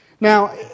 Now